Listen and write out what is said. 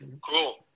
Cool